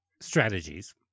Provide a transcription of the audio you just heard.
strategies